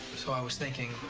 so, i was thinking,